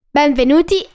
Benvenuti